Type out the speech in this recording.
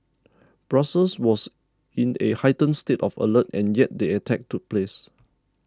Brussels was in a heightened state of alert and yet the attack took place